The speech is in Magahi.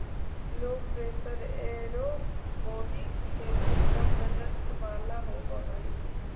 लो प्रेशर एयरोपोनिक खेती कम बजट वाला होव हई